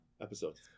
episodes